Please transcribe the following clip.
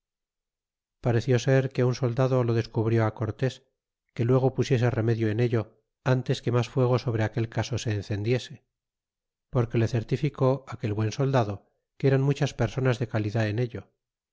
puede ser que un soldado lo descubrió cortés que luego pusiese remedio en ello antes que mas fuego sobre aquel caso se encendiese porque le certificó aquel buen soldado que eran muchas personas de calidad en ello